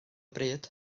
bryd